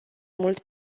mult